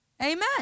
Amen